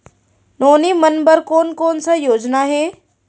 नोनी मन बर कोन कोन स योजना हे?